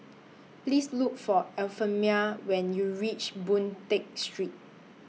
Please Look For Euphemia when YOU REACH Boon Tat Street